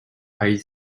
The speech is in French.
high